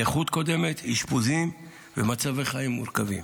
נכות קודמת, אשפוזים ומצבי חיים מורכבים.